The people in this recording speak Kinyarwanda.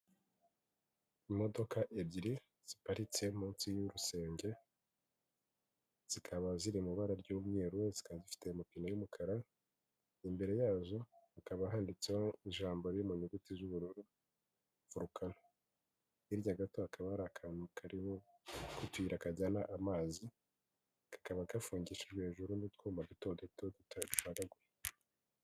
Imodoka ebyiri ziparitse munsi y'urusenge zikaba ziri mu ibara ry'umweru zikaba zifite amapine y'umukara imbere yazo hakaba handitseho ijambo riri mu nyuguti z'ubururu vorukano hirya gato hakaba hari akantu karirimo utuyira kajyana amazi kakaba gafungishijwe hejuru n'utwuma duto duto tutasharaguye.